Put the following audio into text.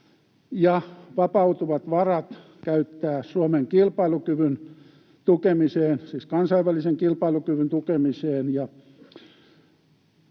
vapautuvat varat käyttää Suomen kansainvälisen kilpailukyvyn tukemiseen